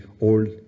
old